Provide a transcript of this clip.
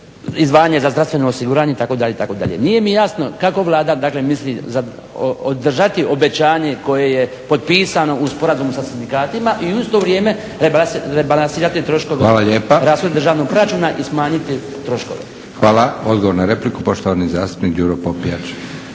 izdvajanje za zdravstveno osiguranje itd., itd. Nije mi jasno kako Vlada dakle misli održati obećanje koje je potpisano u sporazumu sa sindikatima i u isto vrijeme rebalansirati troškove rashoda državnog proračuna i smanjiti troškove? **Leko, Josip (SDP)** Hvala lijepa. Odgovor na repliku, poštovani zastupnik Đuro Popijač.